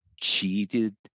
cheated